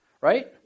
Right